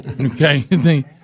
Okay